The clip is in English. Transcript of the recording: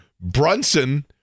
Brunson –